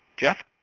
jeff?